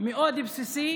מאוד בסיסי,